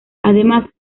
además